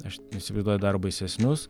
aš įsivaizduoju dar baisesnius